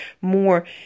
more